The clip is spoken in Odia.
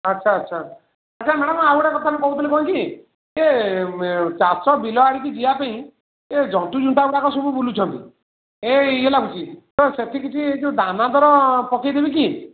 ଆଚ୍ଛା ଆଚ୍ଛା ମ୍ୟାଡ଼ାମ୍ ଆଉ ଗୋଟିଏ କଥା ମୁଁ କହୁଥିଲି କ'ଣ କି ସେ ଚାଷ ବିଲ ଆଡ଼ିକି ଯିବା ପାଇଁ ଜନ୍ତୁ ଜୁନ୍ତାଗୁଡ଼ାକ ସବୁ ବୁଲୁଛନ୍ତି ଏ ୟେ ଲାଗୁଛି ତ ସେଠି କିଛି ଦାନାଦାର ପକେଇଦେବି କି